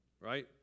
right